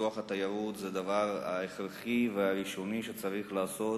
ופיתוח התיירות זה הדבר ההכרחי והראשוני שצריך לעשות.